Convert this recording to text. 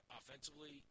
offensively